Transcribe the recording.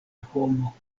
homo